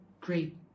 great